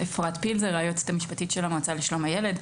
היועצת המשפטית של המועצה לשלום הילד.